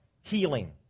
healing